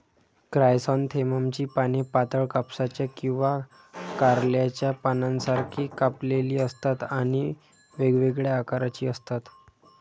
क्रायसॅन्थेममची पाने पातळ, कापसाच्या किंवा कारल्याच्या पानांसारखी कापलेली असतात आणि वेगवेगळ्या आकाराची असतात